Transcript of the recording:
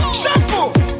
shampoo